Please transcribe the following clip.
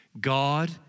God